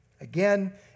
Again